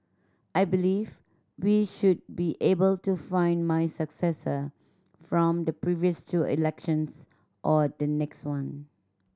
I believe we should be able to find my successor from the previous two elections or the next one